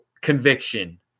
conviction